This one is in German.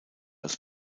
als